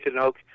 oak